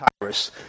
Tyrus